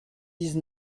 dix